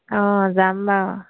অঁ যাম বাৰু